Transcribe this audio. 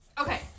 okay